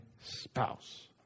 spouse